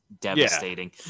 devastating